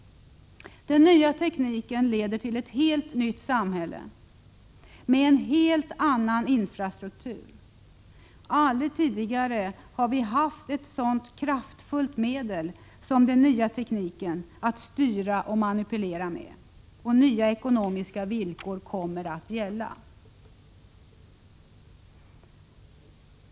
Den nya tekniken leder till ett helt nytt samhälle med en helt annan infrastruktur. Aldrig tidigare har vi haft ett så kraftfullt medel som den nya tekniken att styra och manipulera med. Nya ekonomiska villkor kommer att gälla.